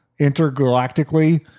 intergalactically